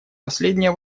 последняя